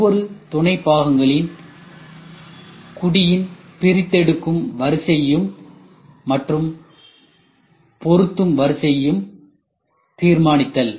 ஒவ்வொரு துணை பாகங்களின் குடியின் பிரித்தெடுக்கும் வரிசையும் மற்றும் பொருத்தும் வரிசையும் தீர்மானித்தல்